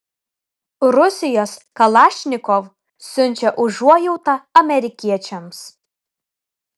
rusijos kalašnikov siunčia užuojautą amerikiečiams